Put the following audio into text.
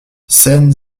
scène